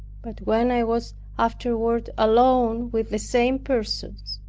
but when i was afterward alone with the same persons,